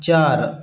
चार